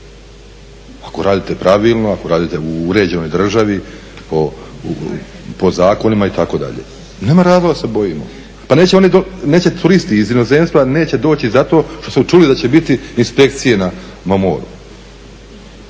ako radite pravilno, ako radite u uređenoj državi, po zakonima itd. Nema razloga da se bojimo. Pa neće turisti iz inozemstva neće doći zato što su čuli da će biti inspekcije na moru.